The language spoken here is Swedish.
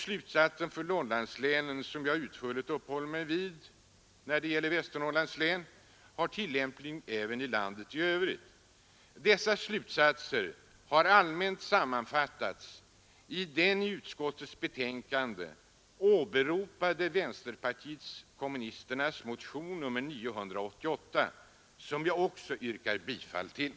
Slutsatserna för Norrlandslänen — som jag utförligt uppehållit mig vid när det gäller Västernorrland — har tillämpning även i landet i övrigt. Dessa slutsatser har allmänt sammanfattats i den i utskottets betänkande åberopade motionen nr 988 från vänsterpartiet kommunisterna, som jag härmed yrkar bifall till.